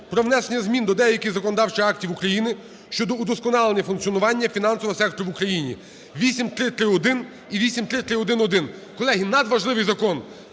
про внесення змін до деяких законодавчих актів України щодо удосконалення функціонування фінансового сектору в Україні (8331 і 8331-1). Колеги, надважливий закон.